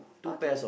okay